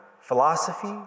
philosophy